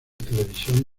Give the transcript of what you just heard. televisión